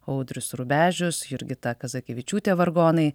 audrius rubežius jurgita kazakevičiūtė vargonai